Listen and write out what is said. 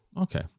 Okay